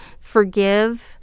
Forgive